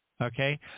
okay